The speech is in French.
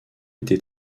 été